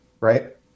right